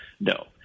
No